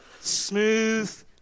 Smooth